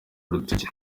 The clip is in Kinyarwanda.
urutoki